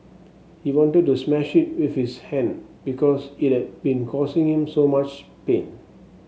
he wanted to smash it with his hand because it had been causing him so much pain